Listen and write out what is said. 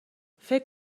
فکر